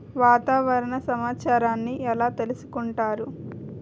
వాతావరణ సమాచారాన్ని ఎలా తెలుసుకుంటారు?